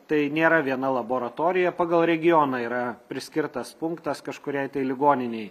tai nėra viena laboratorija pagal regioną yra priskirtas punktas kažkuriai tai ligoninei